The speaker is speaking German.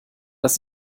dass